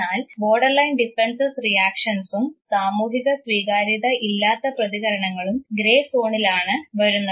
എന്നാൽ borderline defence റിയാക്ഷൻസും സാമൂഹിക സ്വീകാര്യത ഇല്ലാത്ത പ്രതികരണങ്ങളും ഗ്രേ സോണിലാണ് വരുന്നത്